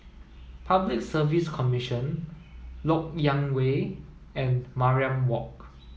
Public Service Commission Lok Yang Way and Mariam Walk